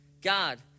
God